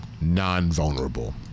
non-vulnerable